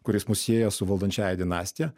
kuris mus sieja su valdančiąja dinastija